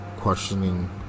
Questioning